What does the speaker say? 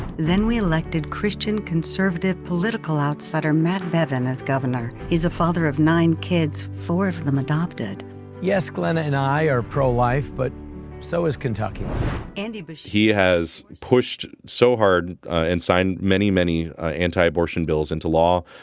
then we elected christian conservative political outsider matt bevin as governor. he's a father of nine kids four of them adopted yes glenn and i are pro-life but so is kentucky and he but he has pushed so hard and signed many many ah anti-abortion bills into law.